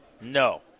No